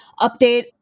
update